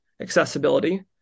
accessibility